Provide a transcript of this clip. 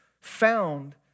found